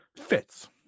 Fits